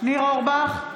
ניר אורבך,